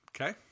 okay